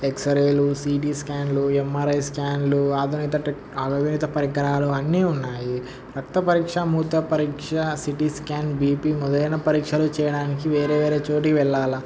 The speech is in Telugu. ఎక్స్ రేలు సి టీ స్కాన్లు ఎం ఆర్ ఐ స్కాన్లు ఆధునిక పరికరాలు అన్నీ ఉన్నాయి రక్త పరీక్ష మూత్ర పరీక్ష C T scan B P మొదలైన పరీక్షలు చేయడానికి వేరే వేరే చోటుకి వెళ్ళాలా